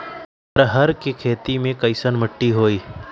अरहर के खेती मे कैसन मिट्टी होइ?